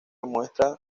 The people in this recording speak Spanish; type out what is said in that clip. muestra